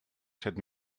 set